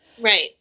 Right